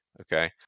okay